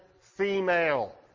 female